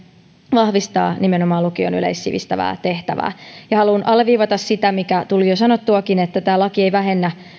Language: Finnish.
vahvistaa nimenomaan lukion yleissivistävää tehtävää ja haluan alleviivata sitä mikä tuli jo sanottuakin että tämä laki ei vähennä